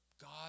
God